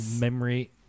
memory